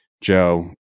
Joe